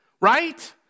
right